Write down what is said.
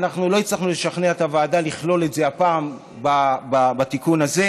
אנחנו לא הצלחנו לשכנע את הוועדה לכלול את זה הפעם בתיקון הזה,